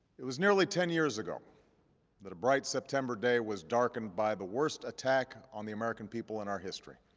it was nearly ten years ago that a bright september day was darkened by the worst attack on the american people in our history.